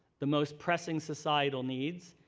the most pressing societal needs,